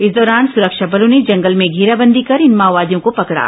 इस दौरान सुरक्षा बलों ने जंगल में घेराबंदी कर इन माओवादियों को पकड़ा